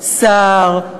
שר,